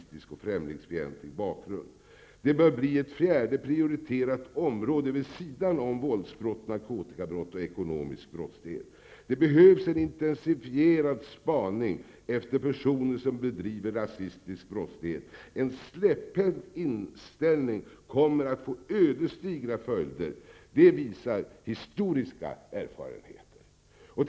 Det vore en klar åtgärd från samhällets sida, och detta bör bli ett fjärde prioriterat område vid sidan av vålds och narkotikabrottslighet samt ekonomisk brottslighet. Det behövs en intensifierad spaning efter personer som bedriver rasistisk brottslighet. En släpphänt inställning kommer att få ödesdigra följder, vilket historiska erfarenheter visar.